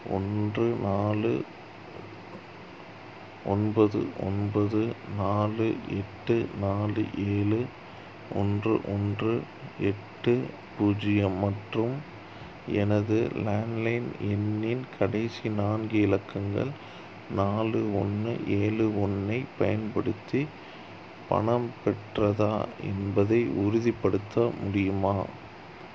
ஒன்று நாலு ஒன்பது ஒன்பது நாலு எட்டு நாலு ஏழு ஒன்று ஒன்று எட்டு பூஜ்ஜியம் மற்றும் எனது லேண்ட்லைன் எண்ணின் கடைசி நான்கு இலக்கங்கள் நாலு ஒன்று ஏழு ஒன்றை பயன்படுத்தி பணம் பெற்றதா என்பதை உறுதிப்படுத்த முடியுமா